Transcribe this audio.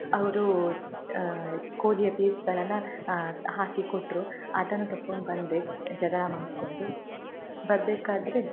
ಅವರು ಕೋಳಿಯ ಪೀಸ್ಗಳನ್ನ ಹಾಕಿ ಕೊಟ್ಟರು ಅದನ್ನ ತಕೊಂಡು ಬಂದೆ ಜಗಳ ಮಾಡ್ಕೊಂಡು ಬರ್ಬೇಕಾದರೆ